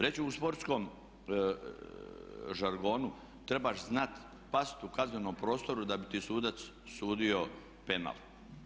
Reći ću u sportskom žargonu trebaš znat past u kaznenom prostoru da bi ti sudac sudio penal.